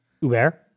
Uber